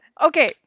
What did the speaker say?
okay